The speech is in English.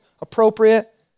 appropriate